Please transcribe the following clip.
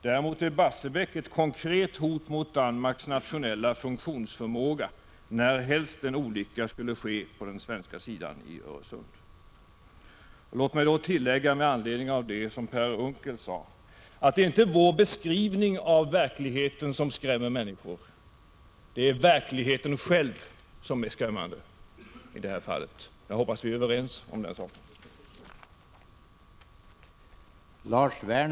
Däremot är Barsebäck ett konkret hot mot Danmarks nationella funktionsförmåga närhelst en olycka skulle ske på den svenska sidan av Öresund. Låt mig med anledning av det som Per Unckel sade tillägga att det inte är vår beskrivning av verkligheten som skrämmer människor — det är verkligheten själv som är skrämmande i det här fallet. Jag hoppas vi är överens om den saken.